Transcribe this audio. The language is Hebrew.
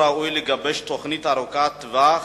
לגיבוש תוכנית ארוכת-טווח